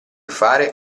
fare